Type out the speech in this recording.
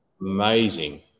amazing